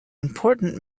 important